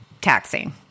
taxing